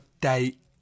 date